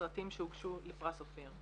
בסרטים שהוגשו לפרס אופיר.